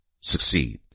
succeed